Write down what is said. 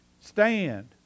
stand